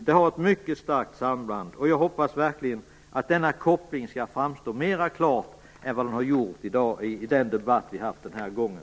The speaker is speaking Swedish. Det finns ett mycket starkt samband här, och jag hoppas verkligen att detta samband skall framstå klarare än det har gjort i den debatt vi har haft den här gången.